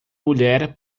mulher